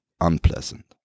unpleasant